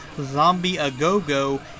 Zombie-A-Go-Go